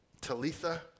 Talitha